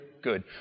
Good